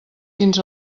fins